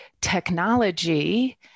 technology